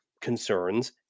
concerns